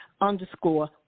underscore